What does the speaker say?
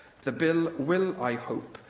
the bill will, i hope,